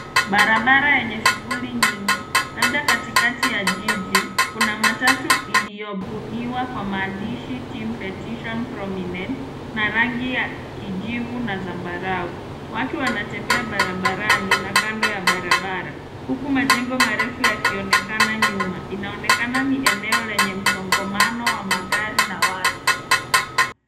Barabara yenye shughuli nyingi labda katikati ya jiji kuna matatu iliyobuniwa kwa maandishi Team Petition Prominent na rangi ya kijivu na zambarau. Watu wanatembea barabarani na kando ya barabara huku majengo marefu yakionekana nyuma. Inaonekana ni eneo lenye msongamano wa magari na watu.